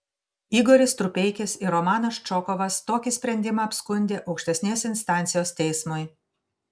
igoris strupeikis ir romanas čokovas tokį sprendimą apskundė aukštesnės instancijos teismui